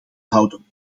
houden